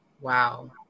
Wow